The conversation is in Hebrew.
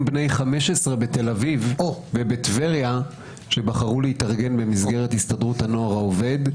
בתל-אביב ובטבריה שבחרו להתארגן במסגרת הסתדרות הנוער העובד,